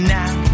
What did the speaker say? now